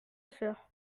sœur